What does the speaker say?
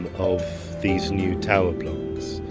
of these new tower blocks.